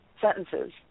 sentences